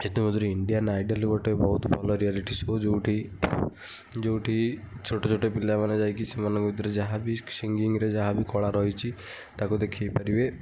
ସେଥିମଧ୍ୟରୁ Indian Idol ଗୋଟେ ବହୁତ ଭଲ ରିଆଲିଟି ଶୋ ଯୋଉଠି ଯୋଉଠି ଛୋଟ ଛୋଟ ପିଲାମାନେ ଯାଇକି ସେମାନଙ୍କ ଭିତରେ ଯାହାବି ସିଂଗିଙ୍ଗ୍ ରେ ଯାହାବି କଳା ରହିଛି ତାକୁ ଦେଖେଇ ପାରିବେ